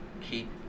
keep